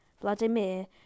Vladimir